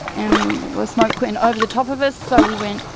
and the smoke went over the top of us so we went,